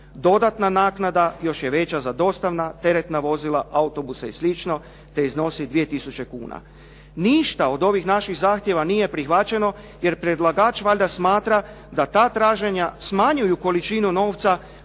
Dodatna naknada još je veća za dostavna teretna vozila, autobuse i slično te iznosi 2 tisuće kuna. Ništa od ovih naših zahtjeva nije prihvaćeno jer predlagač valjda smatra da ta traženja smanjuju količinu novca